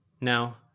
Now